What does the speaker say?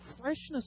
freshness